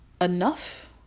enough